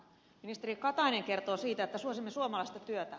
ministeri katainen kertoo siitä että suosimme suomalaista työtä